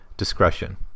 Discretion